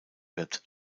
wird